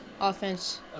offense